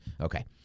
Okay